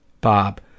Bob